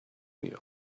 meal